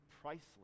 priceless